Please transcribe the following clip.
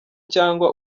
cyangwa